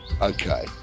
Okay